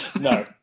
No